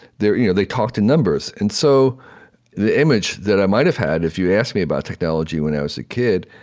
you know they talked in numbers. and so the image that i might have had, if you asked me about technology when i was kid,